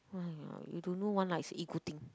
!aiya! you don't know one lah it's ego thing